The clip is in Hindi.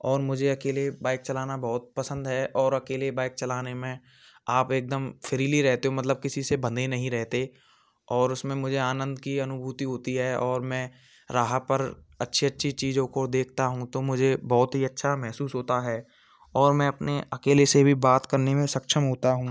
और मुझे अकेले बाइक चलाना बहुत पसंद है और अकेले बाइक चलाने में आप एक दम फ्रीली रहते हो मतलब किसी से बँधे नहीं रहते और उसमें मुझे आनंद की अनुभूति होती है और मैं राह पर अच्छी अच्छी चीज़ों को देखता हूँ तो मुझे बहुत ही अच्छा महसूस होता है और मैं अपने अकेले से भी बात करने में सक्षम होता हूँ